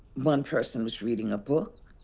one person was reading a book,